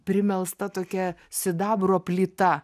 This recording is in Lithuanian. primelsta tokia sidabro plyta